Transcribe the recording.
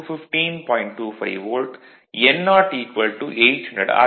25 volt n0 800 R